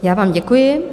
Já vám děkuji.